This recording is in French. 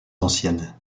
anciennes